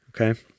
Okay